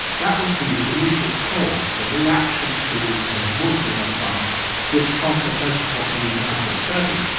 that was the initial cause, the reaction to a muslim advance which conquered most of what we would now call turkey.